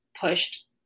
pushed